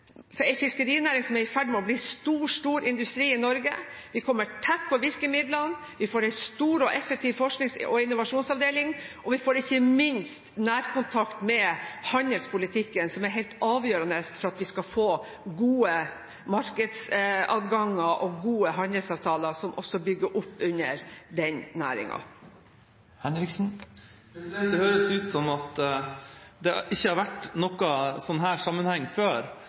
for en fiskerinæring som er i ferd med å bli stor, stor industri i Norge, vi kommer tett på virkemidlene, vi får en stor og effektiv forsknings- og innovasjonsavdeling, og vi får ikke minst nærkontakt med handelspolitikken, som er helt avgjørende for at vi skal få god markedsadgang og gode handelsavtaler som også bygger opp under den næringen. Det høres ut som om det ikke har vært noen sånn sammenheng før,